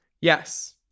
Yes